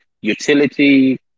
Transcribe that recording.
utility